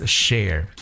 share 。